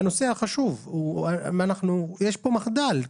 זה נושא חשוב ויש פה מחדל,